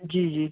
जी जी